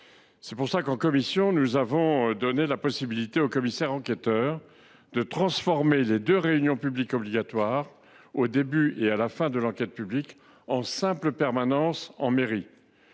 C’est pourquoi, en commission, nous avons donné la possibilité au commissaire enquêteur de remplacer les deux réunions publiques obligatoires, au début et à la fin de l’enquête publique, par de simples permanences en mairie.